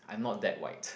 I'm not that white